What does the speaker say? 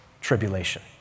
tribulation